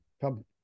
come